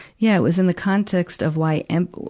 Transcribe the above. yeah, it was in the context of why emp,